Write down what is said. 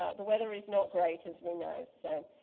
ah the weather is not great as we know so.